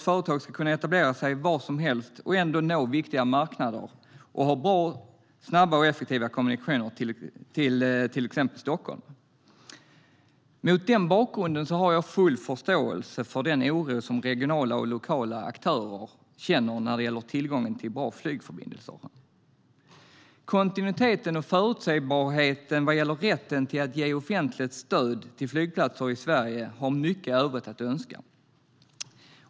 Företag ska kunna etablera sig var som helst och ändå nå viktiga marknader och ha bra, snabba och effektiva kommunikationer till exempelvis Stockholm. Mot den bakgrunden har jag full förståelse för den oro som regionala och lokala aktörer känner när det gäller tillgången till bra flygförbindelser. Kontinuiteten och förutsägbarheten vad gäller rätten att ge offentligt stöd till flygplatser i Sverige har mycket övrigt att önska.